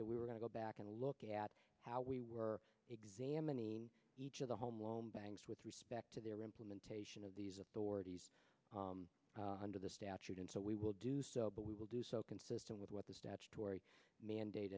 that we were going to go back and look at how we were examining each of the home loan banks with respect to their implementation of these authorities under the statute and so we will do so but we will do so consistent with what the statutory mandate